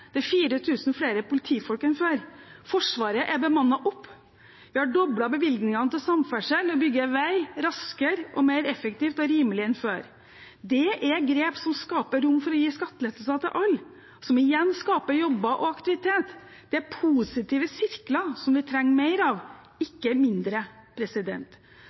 Det er 4 000 flere politifolk enn før. Forsvaret er bemannet opp. Vi har doblet bevilgningene til samferdsel. Vi bygger vei raskere, mer effektivt og rimeligere enn før. Det er grep som skaper rom for å gi skattelettelser til alle, som igjen skaper jobber og aktivitet. Det er positive sirkler som vi trenger mer av, ikke mindre.